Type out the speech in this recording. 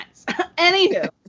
Anywho